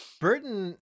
Burton